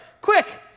Quick